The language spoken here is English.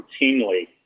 routinely